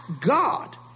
God